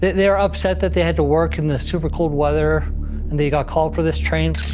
they were upset that they had to work in the super cold weather and they got called for this train.